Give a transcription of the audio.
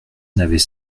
n’avait